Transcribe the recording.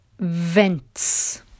vents